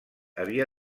havia